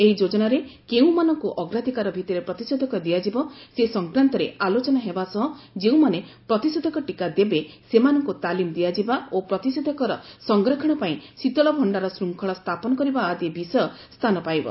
ଏହି ଯୋଜନାରେ' କେଉଁମାନଙ୍କୁ ଅଗ୍ରାଧିକାର ଭିଭିରେ ପ୍ରତିଷେଧକ ଦିଆଯିବ ସେ ସଂକ୍ରାନ୍ତରେ ଆଲୋଚନା ହେବା ସହ ଯେଉଁମାନେ ପ୍ରତିଷେଧକ ଟିକା ଦେବେ ସେମାନଙ୍କୁ ତାଲିମ ଦିଆଯିବା ଓ ପ୍ରତିଷେଧକର ସଂରକ୍ଷଣ ପାଇଁ ଶୀତଳଭଣ୍ଡାର ଶୃଙ୍ଖଳ ସ୍ଥାପନ କରିବା ଆଦି ବିଷୟ ସ୍ଥାନ ପାଇବ